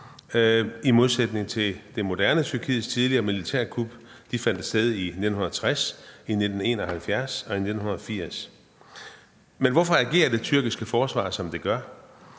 i modsætning til det moderne Tyrkiets tidligere militærkup, som fandt sted i 1960, 1971 og i 1980. Men hvorfor agerer det tyrkiske forsvar, som det gør?